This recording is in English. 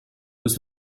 was